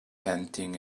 panting